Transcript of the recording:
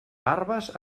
barbes